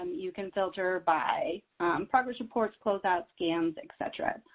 um you can filter by progress reports, closeout scans, et cetera,